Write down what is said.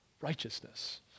righteousness